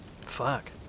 Fuck